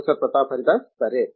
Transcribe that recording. professor Pratap Haridas సరే